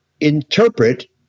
interpret